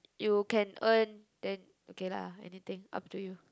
you can earn ten okay lah anything up to you